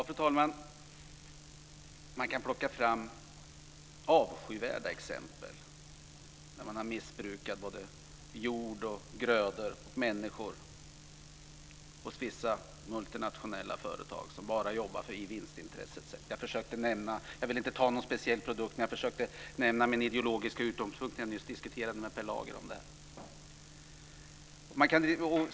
Fru talman! Det går att plocka fram avskyvärda exempel där vissa multinationella företag har missbrukat jord, grödor och människor och bara har jobbat för vinstintresset. Jag ville inte nämna någon speciell produkt, men jag försökte diskutera utifrån min ideologiska utgångspunkt med Per Lager.